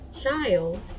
child